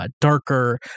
darker